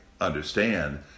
understand